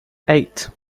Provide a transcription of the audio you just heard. eight